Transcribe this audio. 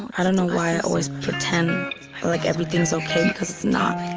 i don't know why i always pretend like everything okay? because it's not